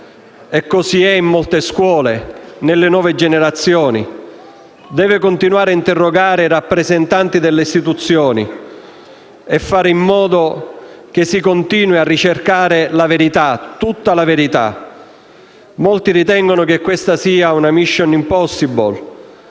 E così è in molte scuole, nelle nuove generazioni. Deve continuare a interrogare i rappresentanti delle istituzioni e fare in modo che si continui a ricercare la verità, tutta la verità. Molti ritengono che questa sia una *mission impossible*,